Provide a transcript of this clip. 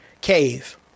cave